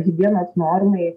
higienos normai